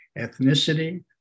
ethnicity